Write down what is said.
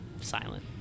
silent